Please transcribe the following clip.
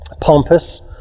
pompous